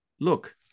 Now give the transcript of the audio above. Look